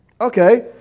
Okay